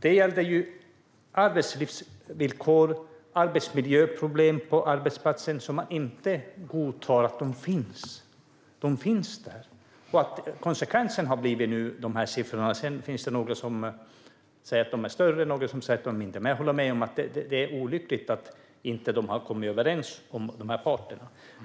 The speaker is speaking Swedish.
Det gällde ju arbetslivsvillkor och arbetsmiljöproblem på arbetsplatsen som arbetsgivaren menar inte finns. De finns där. Konsekvensen har nu blivit de här siffrorna. Sedan finns det några som säger att de är större och några som säger att de är mindre. Jag håller med om att det är olyckligt att parterna inte har kommit överens,